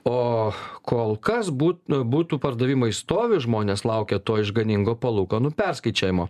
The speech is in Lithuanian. o kol kas bu butų pardavimai stovi žmonės laukia to išganingo palūkanų perskaičiavimo